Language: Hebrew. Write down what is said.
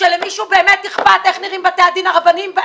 שלמישהו באמת אכפת איך נראים בתי הדין הרבניים,